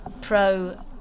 pro